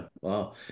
Wow